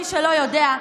מי שלא יודע,